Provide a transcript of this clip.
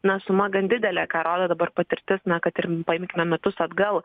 na suma gan didelė ką rodo dabar patirtis na kad ir paimkime metus atgal